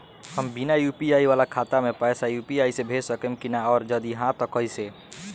हम बिना यू.पी.आई वाला खाता मे पैसा यू.पी.आई से भेज सकेम की ना और जदि हाँ त कईसे?